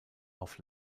auf